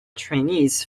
trainees